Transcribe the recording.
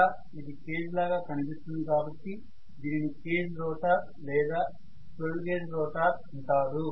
ఇలా ఇది కేజ్ లాగ కనిపిస్తుంది కాబట్టి దీనిని కేజ్ రోటర్ లేదా స్క్విరెల్ కేజ్ రోటర్ అంటారు